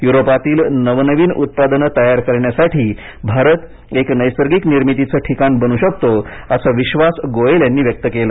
युरोपातील नवनवीन उत्पादनं तयार करण्यासाठी भारत एक नैसर्गिक निर्मितीचं ठिकाण बनू शकतो असा विश्वास गोयल यांनी व्यक्त केला